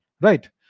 Right